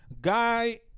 Guy